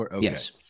Yes